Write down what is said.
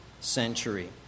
century